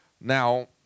Now